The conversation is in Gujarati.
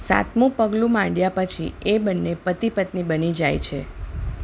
સાતમું પગલું માંડ્યા પછી એ બંને પતિ પત્ની બની જાય છે